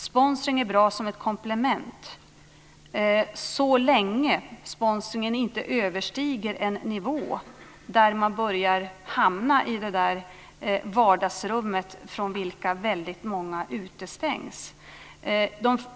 Sponsring är bra som komplement så länge sponsringen inte överstiger en nivå där man börjar hamna i det vardagsrum från vilka många utestängs.